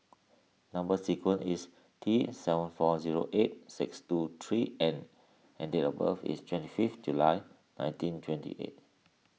Number Sequence is T seven four zero eight six two three N and and date of birth is twenty fifth July nineteen twenty eight